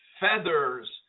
feathers